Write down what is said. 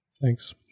thanks